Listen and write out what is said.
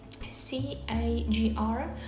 CAGR